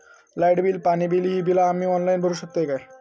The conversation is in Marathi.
लाईट बिल, पाणी बिल, ही बिला आम्ही ऑनलाइन भरू शकतय का?